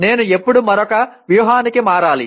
నేను ఎప్పుడు మరొక వ్యూహానికి మారాలి